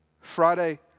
Friday